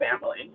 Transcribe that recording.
family